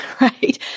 right